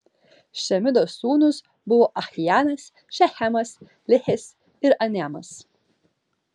šemidos sūnūs buvo achjanas šechemas likhis ir aniamas